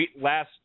last